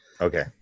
Okay